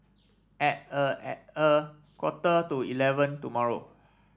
at a at a quarter to eleven tomorrow